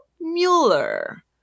Mueller